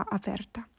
aperta